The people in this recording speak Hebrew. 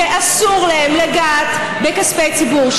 שאסור להם לגעת בכספי ציבור,